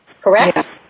correct